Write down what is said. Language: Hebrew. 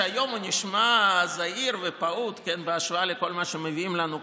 שהיום נשמע זעיר ופעוט בהשוואה לכל מה שמביאים לנו כאן,